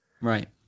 Right